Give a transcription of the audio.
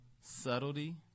subtlety